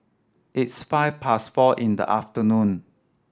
its five past four in the afternoon